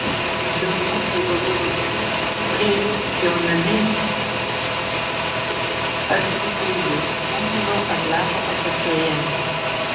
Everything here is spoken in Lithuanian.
daugumos augalų rūšių ūgliai pjaunami aštriu peiliu pumpuro ar lapo apačioje